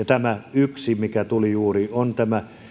tämä yksi mikä tuli juuri on tämä